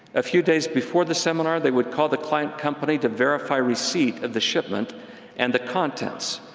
a few days before the seminar, they would call the client company to verify receipt of the shipment and the contents.